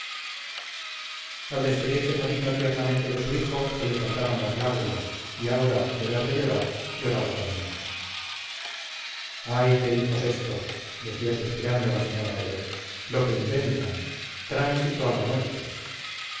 al despedirse sabino tiernamente de su hijo se le saltaron las lágrimas y aura de verle llorar lloraba también ay qué hijos estos decía suspirando la señora mayor lo que inventan tránsito a la muerte